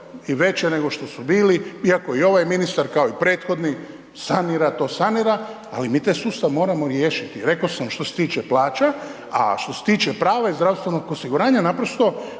i veće nego što su bili, iako ovaj ministar kao i prethodni sanira to sanira, ali mi taj sustav moramo riješiti. Rekao sam što se tiče plaća, a što se tiče prava iz zdravstvenog osiguranja moramo